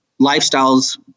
lifestyles